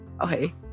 okay